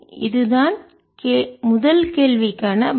இதுதான் முதல் கேள்விக்கான பதில்